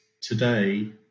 today